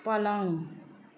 पलङ